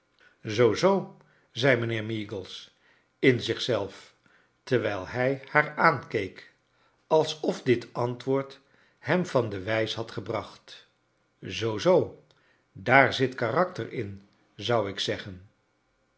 zoo zoo zei mijnheer meagles m zich zelf terwijl hij haar aa nkeek aisof dit antwoord hem van de wrjs had gebracht zoo zoo daar zit karakter in zou ik zeggen